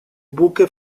buque